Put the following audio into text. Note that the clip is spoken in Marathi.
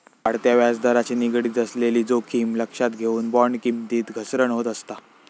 वाढत्या व्याजदराशी निगडीत असलेली जोखीम लक्षात घेऊन, बॉण्ड किमतीत घसरण होत असता